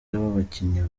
w’abakinnyi